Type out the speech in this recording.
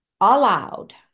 aloud